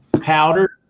Powder